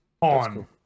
on